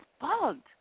bugged